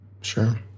Sure